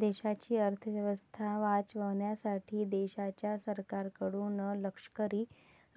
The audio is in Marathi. देशाची अर्थ व्यवस्था वाचवण्यासाठी देशाच्या सरकारकडून लष्करी